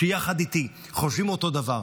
שיחד איתי חושבים אותו דבר,